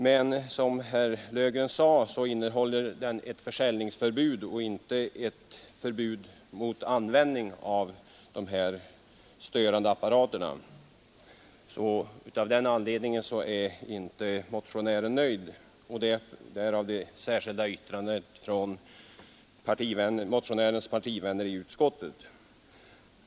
Men som herr Löfgren också sade innehåller kungörelsen ett försäljningsförbud och inte ett förbud mot användning av sådana här störande apparater. Av den anledningen är motionärerna inte nöjda — därav det särskilda yttrandet från motionärernas partivänner i utskottet.